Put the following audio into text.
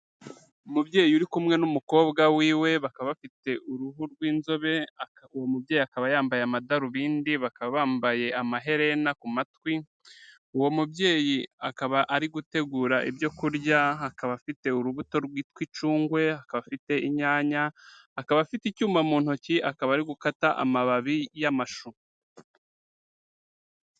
Umubyeyi uri kumwe n'umukobwa wiwe bakaba bafite uruhu rw'inzobe, uwo mubyeyi akaba yambaye amadarubindi bakaba bambaye amaherena ku matwi, uwo mubyeyi akaba ari gutegura ibyo kurya. akaba afite urubuto rwitwa icugwe, akaba afite inyanya, akaba afite icyuma mu ntoki, akaba ari gukata amababi y'amashu.